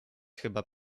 chyba